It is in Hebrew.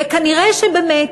וכנראה שבאמת